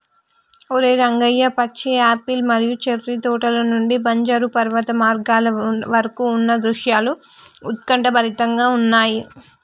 ఓరై రంగయ్య పచ్చి యాపిల్ మరియు చేర్రి తోటల నుండి బంజరు పర్వత మార్గాల వరకు ఉన్న దృశ్యాలు ఉత్కంఠభరితంగా ఉన్నయి